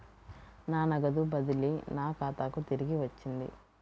నా నగదు బదిలీ నా ఖాతాకు తిరిగి వచ్చింది